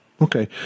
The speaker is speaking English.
Okay